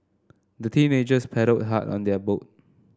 the teenagers paddled hard on their boat